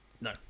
no